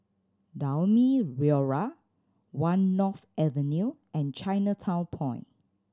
Naumi Liora One North Avenue and Chinatown Point